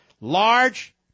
large